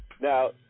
Now